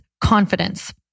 confidence